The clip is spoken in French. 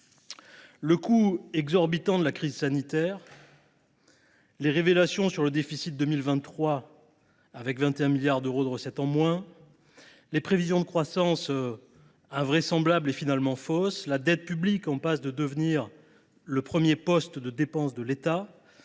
Le coût exorbitant de la crise sanitaire, les révélations sur le déficit de 2023 – avec 21 milliards d’euros de recettes en moins –, les prévisions de croissance invraisemblables et finalement fausses, la dette publique en passe de devenir le premier poste de dépenses de l’État